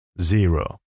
zero